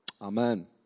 Amen